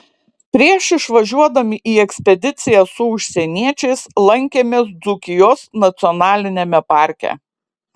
prieš išvažiuodami į ekspediciją su užsieniečiais lankėmės dzūkijos nacionaliniame parke